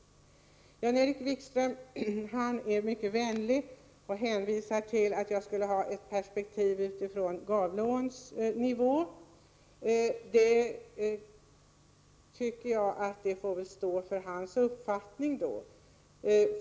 Nr 48 Jan-Erik Wikström är mycket vänlig och säger att jag ser detta i ett Tisdagen den perspektiv som motsvarar Gavleåns nivå. Den uppfattningen får stå för 11 december 1984 honom.